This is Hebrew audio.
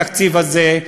התקציב הזה,